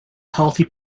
healthy